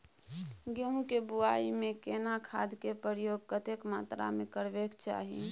गेहूं के बुआई में केना खाद के प्रयोग कतेक मात्रा में करबैक चाही?